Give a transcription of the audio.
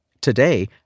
Today